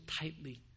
tightly